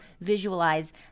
visualize